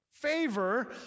Favor